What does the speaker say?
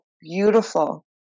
beautiful